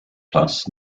plus